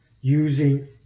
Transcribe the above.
using